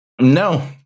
No